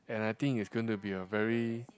and I think it's going to be a very